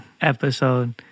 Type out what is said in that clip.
episode